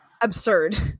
Absurd